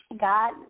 God